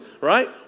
right